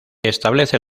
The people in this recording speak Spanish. establece